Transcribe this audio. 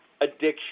addiction